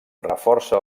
reforça